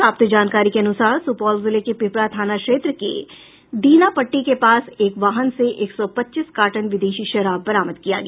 प्राप्त जानकारी के अनुसार सुपौल जिले के पिपरा थाना क्षेत्र के दीनापट्टी के पास एक वाहन से एक सौ पच्चीस कार्टन विदेशी शराब बरामद किया गया